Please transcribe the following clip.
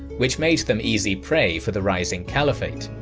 which made them easy prey for the rising caliphate.